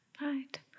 right